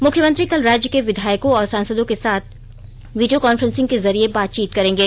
मुख्यमंत्री कल राज्य के विधायकों और सांसदों के साथ वीडियो कॉन्फ्रेंसिंग के जरिये बताचीत करेंगे